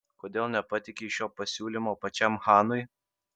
kodėl nepateikei šio pasiūlymo pačiam chanui